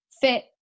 fit